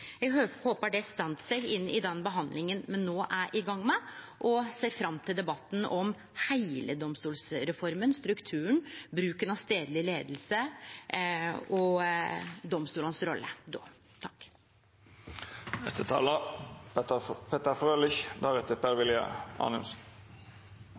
det står seg inn i den behandlinga me no er i gang med, og ser fram til debatten om heile domstolsreforma, strukturen, bruken av stadleg leiing og domstolanes rolle.